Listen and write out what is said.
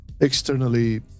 externally